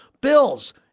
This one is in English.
Bills